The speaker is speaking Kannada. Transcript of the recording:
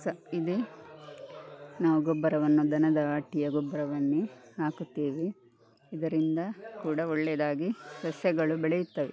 ಸಹ ಇದೇ ನಾವು ಗೊಬ್ಬರವನ್ನು ದನದ ಅಟ್ಟಿಯ ಗೊಬ್ಬರವನ್ನೇ ಹಾಕುತ್ತೇವೆ ಇದರಿಂದ ಕೂಡ ಒಳ್ಳೇದಾಗಿ ಸಸ್ಯಗಳು ಬೆಳೆಯುತ್ತವೆ